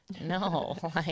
no